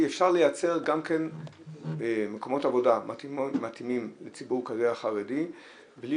אפשר לייצר מקומות עבודה מתאימים לציבור החרדי בלי